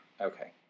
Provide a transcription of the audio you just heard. okay